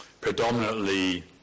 predominantly